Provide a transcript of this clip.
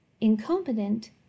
incompetent